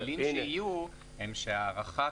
הכלים שיהיו הם שהארכת